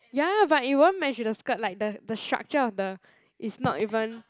ya but it won't match with the skirt like the the structure of the is not even